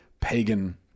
pagan